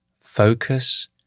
focus